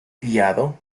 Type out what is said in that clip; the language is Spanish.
criado